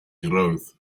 growth